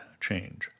change